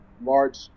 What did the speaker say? March